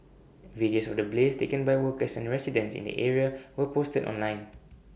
videos of the blaze taken by workers and residents in the area were posted online